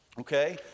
Okay